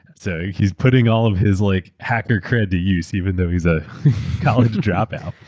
so he's putting all of his like hacker cred to use even though he's a college dropout.